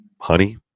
honey